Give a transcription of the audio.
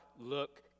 look